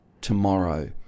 tomorrow